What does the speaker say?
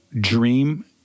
dream